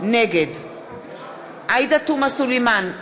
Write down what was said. נגד עאידה תומא סלימאן,